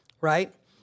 Right